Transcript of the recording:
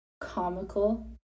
comical